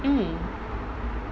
mm